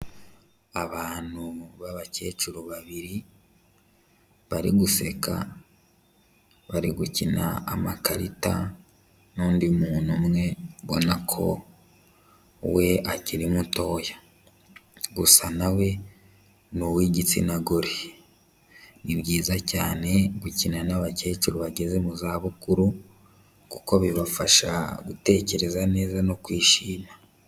Abantu b'abakecuru babiri, bari guseka, bari gukina amakarita n'undi muntu umwe mbona ko we akiri mutoya, gusa na we ni uw'igitsina gore, ni byiza cyane gukina n'abakecuru bageze mu zabukuru kuko bibafasha gutekereza neza no kwishima.